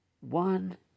One